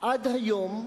עד היום,